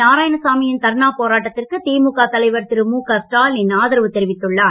நாராயணசாமியின் தர்ணா போராட்டத்திற்கு திமுக தலைவர் திரு முக ஸ்டாலின் ஆதரவு தெரிவித்துள்ளர்